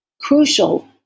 crucial